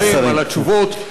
רבותי השרים, על התשובות.